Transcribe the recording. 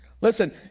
Listen